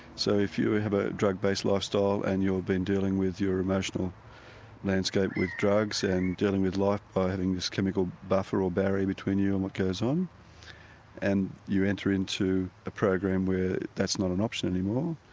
so if you have a drug-based lifestyle and you've been dealing with your emotional landscape with drugs and dealing with life by having this chemical buffer or barrier between you and what goes on and you enter into a program where that's not an option anymore,